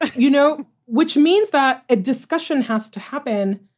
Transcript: you know, which means that a discussion has to happen